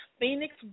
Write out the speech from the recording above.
Phoenix